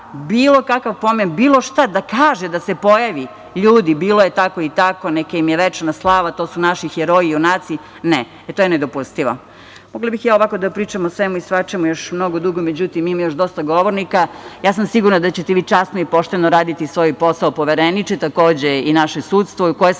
bilo kakav pomen, bilo šta da kaže, da se pojavi – ljudi, bilo je tako i tako, neka im je večna slava, to su naši heroji, junaci. Ne, to je nedopustivo. Mogla bih ja ovako da pričam o svemu i svačemu još mnogo dugo, ali ima još dosta govornika. Sigurna sam da ćete vi časno i pošteno raditi svoj posao, Povereniče, takođe i naše sudstvo u koje sam